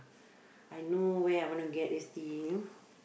I know where I want to get this thing you know